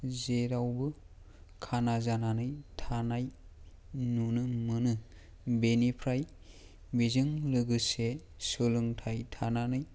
जेरावबो खाना जानानै थानाय नुनो मोनो बेनिफ्राय बेजों लोगोसे सोलोंथाइ थानानै